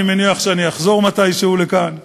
אני מניח שאחזור לכאן מתישהו,